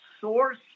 source